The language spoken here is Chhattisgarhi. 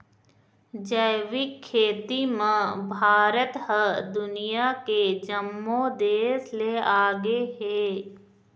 जैविक खेती म भारत ह दुनिया के जम्मो देस ले आगे हे